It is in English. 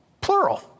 plural